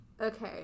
Okay